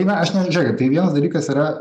na aš ne žiūrėkit tai vienas dalykas yra